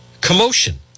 commotion